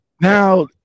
Now